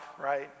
right